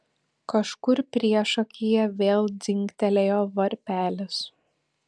kažkur priešakyje vėl dzingtelėjo varpelis